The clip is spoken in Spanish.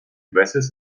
veces